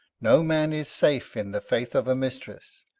no man is safe in the faith of a mistress,